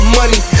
money